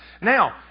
Now